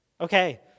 Okay